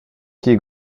qui